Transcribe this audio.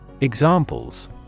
Examples